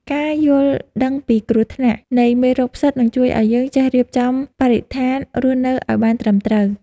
ការយល់ដឹងពីគ្រោះថ្នាក់នៃមេរោគផ្សិតនឹងជួយឱ្យយើងចេះរៀបចំបរិស្ថានរស់នៅឱ្យបានត្រឹមត្រូវ។